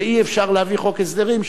שאי-אפשר להביא חוק הסדרים,